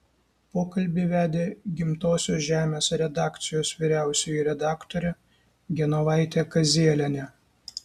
pokalbį vedė gimtosios žemės redakcijos vyriausioji redaktorė genovaitė kazielienė